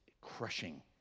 crushing